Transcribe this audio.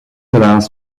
allows